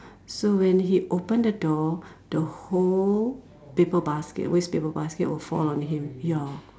so when he open the door the whole paper basket waste paper basket will fall on him ya